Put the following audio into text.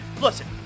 Listen